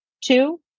Two